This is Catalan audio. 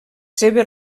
seves